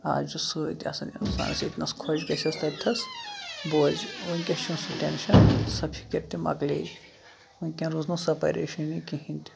آز چھُ سۭتۍ آسان اِنسانس ییٚتہِ نس خۄش گژھیس تَتھیس بوزِ ؤنکیس چھُ نہٕ سُہ ٹینشن سۄ فِکِر تہِ مۄکلے ؤنکین روٗز نہٕ سۄ پَریشٲنی کِہینۍ تہِ